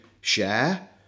share